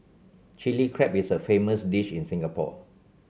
Chilli Crab is a famous dish in Singapore